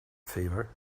favor